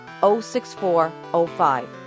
06405